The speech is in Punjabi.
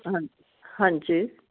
ਹਾਂਜੀ ਹਾਂਜੀ